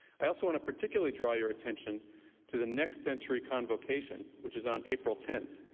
i also want to particularly draw your attention to the next century convocation, which is on april ten,